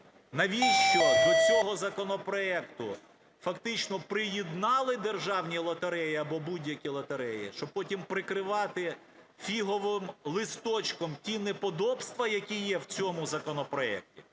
Навіщо до цього законопроекту фактично приєднали державні лотереї або будь-які лотереї? Щоб потім прикривати фіговим листочком ті неподобства, які є в цьому законопроекті?